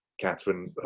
Catherine